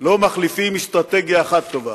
לא מחליפים אסטרטגיה אחת טובה.